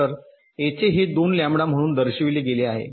तर येथे हे 2 लॅम्बडा म्हणून दर्शविले गेले आहे